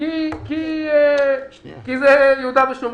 כי זה יהודה ושומרון.